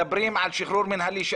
מדברים על שחרור מינהלי,